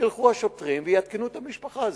ילכו השוטרים ויעדכנו את המשפחה.